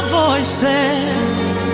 voices